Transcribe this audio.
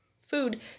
food